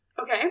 Okay